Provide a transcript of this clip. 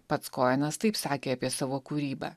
pats koenas taip sakė apie savo kūrybą